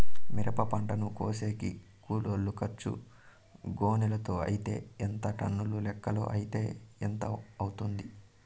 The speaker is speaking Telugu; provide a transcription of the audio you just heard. మిరప పంటను కోసేకి కూలోల్ల ఖర్చు గోనెలతో అయితే ఎంత టన్నుల లెక్కలో అయితే ఎంత అవుతుంది?